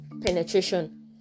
penetration